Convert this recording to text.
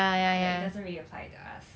like it doesn't really apply to us